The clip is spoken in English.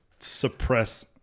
Suppress